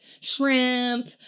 shrimp